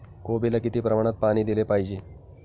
कोबीला किती प्रमाणात पाणी दिले पाहिजे?